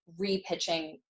repitching